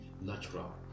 natural